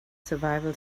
survival